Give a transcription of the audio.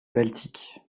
baltique